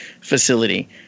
facility